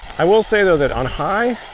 i will say though that on high,